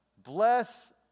Bless